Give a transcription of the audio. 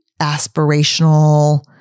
aspirational